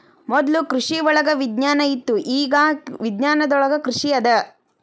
ಮೊದ್ಲು ಕೃಷಿವಳಗ ವಿಜ್ಞಾನ ಇತ್ತು ಇಗಾ ವಿಜ್ಞಾನದೊಳಗ ಕೃಷಿ ಅದ